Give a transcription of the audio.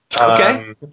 Okay